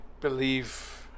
believe